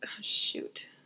Shoot